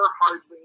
hardly